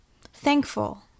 thankful